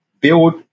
build